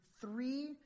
three